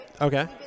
Okay